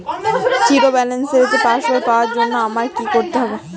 Zero ব্যালেন্সের পাসবই পাওয়ার জন্য আমায় কী করতে হবে?